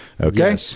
Okay